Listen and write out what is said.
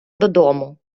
додому